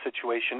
situation